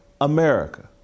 America